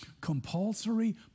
compulsory